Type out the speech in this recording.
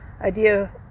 idea